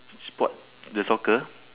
sport the soccer